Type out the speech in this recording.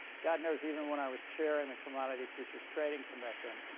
god knows, even when i was chairing the commodity futures trading commission,